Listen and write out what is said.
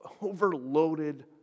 overloaded